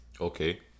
Okay